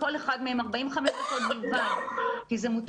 וכל אחד מהם 45 דקות בלבד,